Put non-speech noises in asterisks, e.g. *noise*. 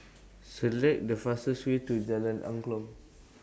Select The fastest Way to *noise* Jalan Angklong